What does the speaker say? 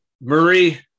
Marie